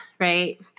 right